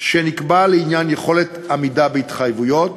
שנקבע לעניין יכולת עמידה בהתחייבויות,